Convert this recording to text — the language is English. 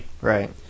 Right